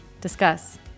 discuss